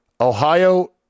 Ohio